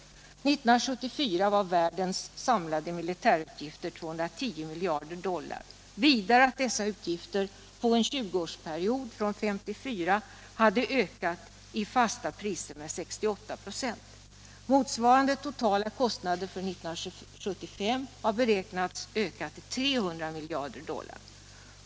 1974 var världens samlade militärutgifter 210 miljarder doilar. Vidare framgår att dessa utgifter på en 20-årsperiod från 1954 hade ökat i fasta priser med 68 26. Motsvarande totala kostnader för 1975 har beräknats ha ökat till 300 miljarder dollar.